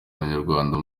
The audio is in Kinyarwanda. abanyarwanda